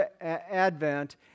Advent